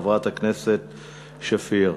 חברת הכנסת שפיר.